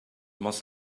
must